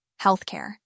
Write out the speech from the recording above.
healthcare